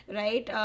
right